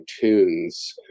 tunes